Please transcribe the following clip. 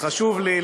חשוב לי,